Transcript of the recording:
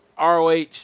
ROH